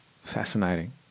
Fascinating